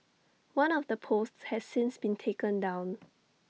one of the posts has since been taken down